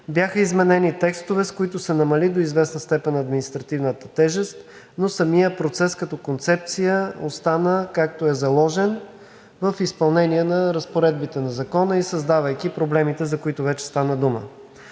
Бяха изменени текстове, с които се намали до известна степен административната тежест, но самият процес като концепция остана, както е заложен в изпълнение на разпоредбите на Закона и създавайки проблемите, за които вече стана дума.